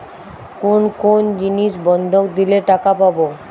কোন কোন জিনিস বন্ধক দিলে টাকা পাব?